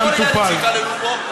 והמאזין הוא אפוטרופוס